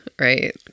right